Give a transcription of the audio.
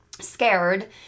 scared